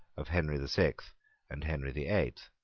of henry the sixth and henry the eighth.